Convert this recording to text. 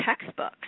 textbooks